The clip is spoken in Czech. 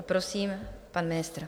Prosím pana ministra.